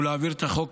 להעביר היום את החוק